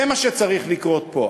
זה מה שצריך לקרות פה.